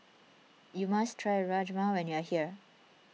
you must try Rajma when you are here